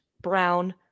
brown